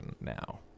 now